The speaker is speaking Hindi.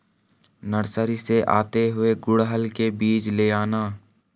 नर्सरी से आते हुए गुड़हल के बीज ले आना